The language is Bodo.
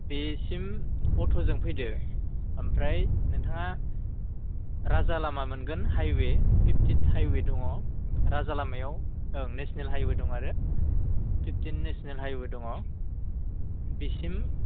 बेसिम अट'जों फैदो ओमफ्राय नोंथाङा राजा लामा मोनगोन हाइवे फिफ्टिन हाइवे दङ राजा लामायाव ओं नेसनेल हाइवे दं आरो फिफ्टिन नेसनेल हाइवे दङ बेसिम